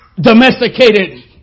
domesticated